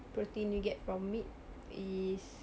protein you get from meat is